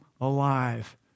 alive